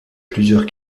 plusieurs